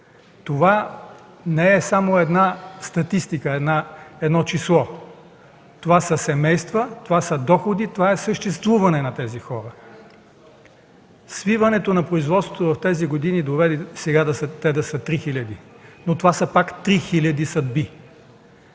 Това не е само статистика, едно число. Това са семейства, това са доходи, това е съществуване на тези хора. Свиването на производството в тези години доведе сега до това те да са 3000, но все пак това са 3000 съдби.